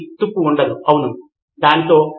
సిద్ధార్థ్ మాతురి అవును ఇది అడ్డంకి